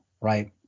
right